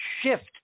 shift